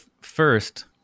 first